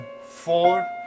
four